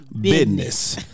Business